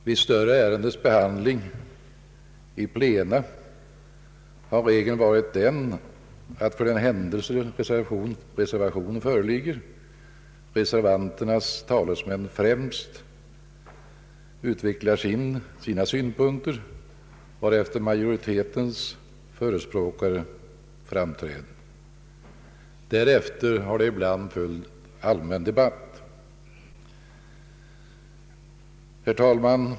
Vid större ärendens behandling i plena har regeln varit att för den händelse reservation förelegat reservanternas talesmän främst utvecklat sina synpunkter, varefter majoritetens förespråkare framträtt. Därefter har ibland följt allmän debatt. Herr talman!